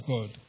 God